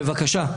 בבקשה.